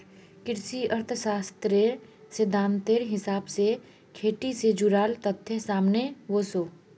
कृषि अर्थ्शाश्त्रेर सिद्धांतेर हिसाब से खेटी से जुडाल तथ्य सामने वोसो